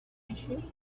issue